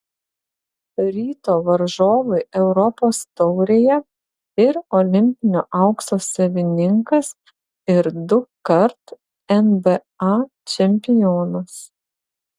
ryto varžovai europos taurėje ir olimpinio aukso savininkas ir dukart nba čempionas